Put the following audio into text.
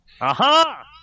Aha